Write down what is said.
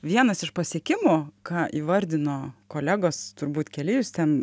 vienas iš pasiekimų ką įvardino kolegos turbūt keli jūs ten